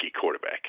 quarterback